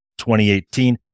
2018